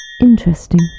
Interesting